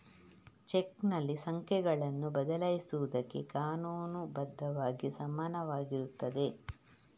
ಚೆಕ್ನಲ್ಲಿ ಸಂಖ್ಯೆಗಳನ್ನು ಬದಲಾಯಿಸುವುದಕ್ಕೆ ಕಾನೂನು ಬದ್ಧವಾಗಿ ಸಮಾನವಾಗಿರುತ್ತದೆ